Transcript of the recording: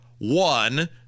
one